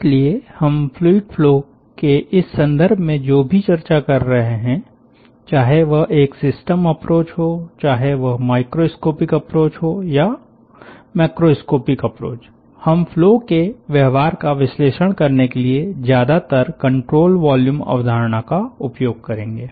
इसलिए हम fluid flow के इस संदर्भ में जो भी चर्चा कर रहे हैं चाहे वह एक सिस्टम अप्रोच हो चाहे वह माइक्रोस्कोपिक अप्रोच हो या मैक्रोस्कोपिक अप्रोच हम फ्लो के व्यवहार का विश्लेषण करने के लिए ज्यादातर कंट्रोल वॉल्यूम अवधारणा का उपयोग करेंगे